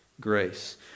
grace